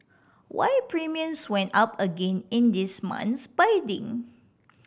why premiums went up again in this month's bidding